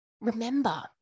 Remember